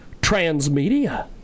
transmedia